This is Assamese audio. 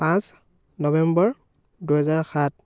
পাঁচ নৱেম্বৰ দুহেজাৰ সাত